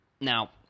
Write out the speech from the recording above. Now